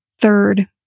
third